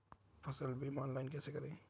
फसल बीमा ऑनलाइन कैसे करें?